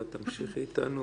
תמשיכי אתנו